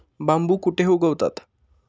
बांबू कुठे उगवतात?